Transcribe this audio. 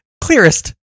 clearest